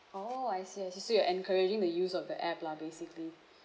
oh I see I see so you're encouraging the use of the app lah basically